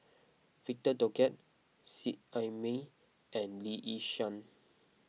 Victor Doggett Seet Ai Mee and Lee Yi Shyan